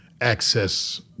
access